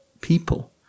people